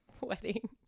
wedding